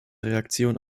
reaktion